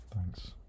Thanks